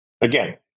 again